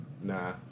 Nah